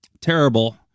terrible